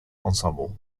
ensemble